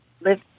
live